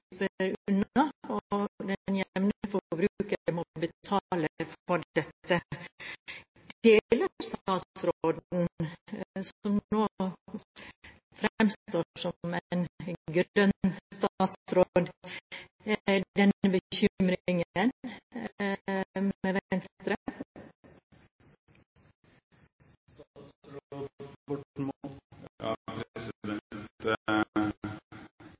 den jevne forbruker som må betale for dette. Deler statsråden, som nå fremstår som en grønn statsråd, denne bekymringen med